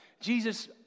Jesus